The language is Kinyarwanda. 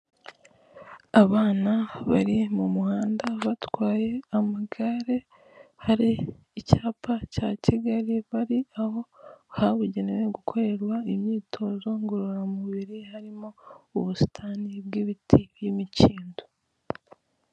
Abana bari mu muhanda batwaye amagare, hari icyapa cya Kigali bari, aho habugenewe gukorerwa imyitozo ngorora mubiri harimo ubusitani bw'ibiti by'imikindo.